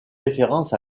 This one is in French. référence